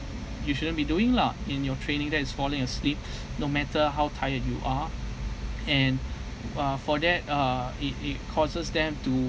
you shouldn't be doing lah in your training that is falling asleep no matter how tired you are and uh for that uh it it causes them to